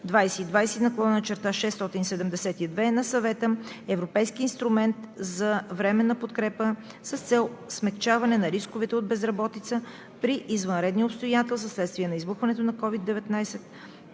2020/672 на Съвета – „Европейски инструмент за временна подкрепа“, с цел смекчаване на рисковете от безработица при извънредни обстоятелства вследствие на избухването на COVID-19.